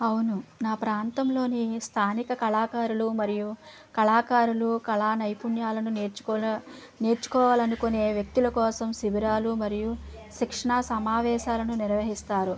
అవును నా ప్రాంతంలోని స్థానిక కళాకారులు మరియు కళాకారులు కళా నైపుణ్యాలను నేర్చుకునే నేర్చుకోవాలనుకునే వ్యక్తుల కోసం శిబిరాలు మరియు శిక్షణ సమావేశాలను నిర్వహిస్తారు